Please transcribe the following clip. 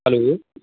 hello